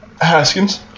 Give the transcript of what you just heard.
Haskins